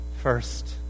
first